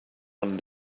one